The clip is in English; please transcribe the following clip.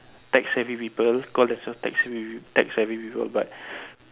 tech savvy people call themselves tech savvy tech savvy but